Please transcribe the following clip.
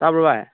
ꯇꯥꯕ꯭ꯔꯣ ꯚꯥꯏ